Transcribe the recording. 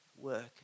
work